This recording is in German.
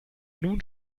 nun